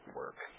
work